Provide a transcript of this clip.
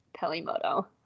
Pelimoto